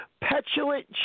petulant